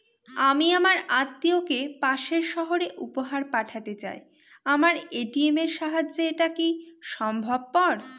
আমি আমার আত্মিয়কে পাশের সহরে উপহার পাঠাতে চাই আমার এ.টি.এম এর সাহায্যে এটাকি সম্ভবপর?